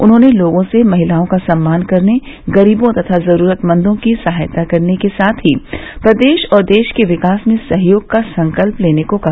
उन्होंने लोगों से महिलाओं का सम्मान करने गरीबों तथा जरूरतमंदों की सहायता करने के साथ ही प्रदेश और देश के विकास में सहयोग का संकल्प लेने को कहा